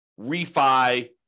refi